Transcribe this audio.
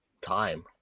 time